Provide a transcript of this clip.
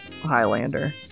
highlander